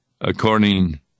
according